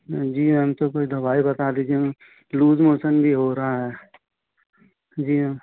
जी ma'am तो कोई दवाई बता दीजिए मैम लूज मोशन भी हो रहा है जी मैम